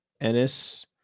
Ennis